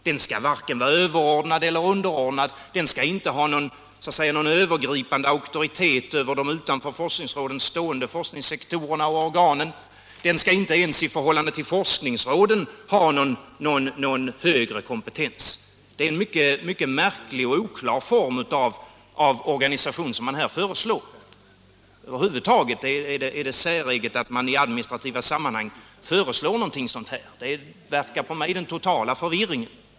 Den skall varken vara överordnad eller underordnad, den skall inte ha någon övergripande auktoritet över de utanför forskningsråden stående forskningssektorerna och organen, den skall inte ens i förhållande till forskningsråden ha någon högre kompetens. Det är en mycket märklig och oklar form och organisation som man föreslår. Över huvud taget är det säreget att man i administrativa sammanhang föreslår något sådant. Det verkar på mig som den totala förvirringen.